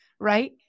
right